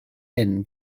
hyn